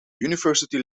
university